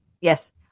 Yes